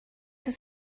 was